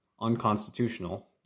unconstitutional